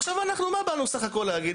עכשיו מה אנחנו באנו סך הכל להגיד?